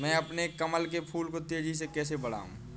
मैं अपने कमल के फूल को तेजी से कैसे बढाऊं?